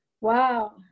Wow